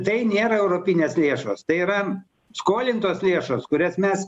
tai nėra europinės lėšos tai yra skolintos lėšos kurias mes